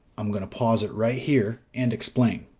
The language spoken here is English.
i'm going to pause it right here, and explain.